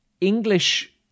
English